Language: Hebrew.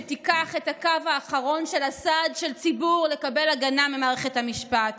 שתיקח את הקו האחרון של הסעד לציבור לקבל הגנה ממערכת המשפט.